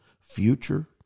future